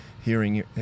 hearing